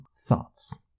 thoughts